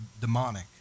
demonic